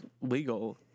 legal